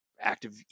active